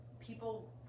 people